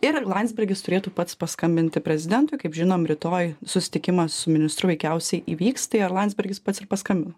ir landsbergis turėtų pats paskambinti prezidentui kaip žinom rytoj susitikimas su ministru veikiausiai įvyks tai ar landsbergis pats ir paskambino